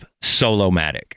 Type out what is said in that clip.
solo-matic